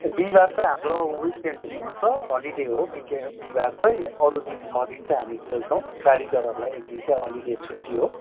बिहीबार चाहिँ हाम्रो विकेन्ड हुन्छ होलिडे हो बिके बिहीबार चाहिँ अरू दिन छ दिन चाहिँ हामी खोल्छौँ कारिगरहरूलाई एकदिन चाहिँ होलिडे छुट्टी हो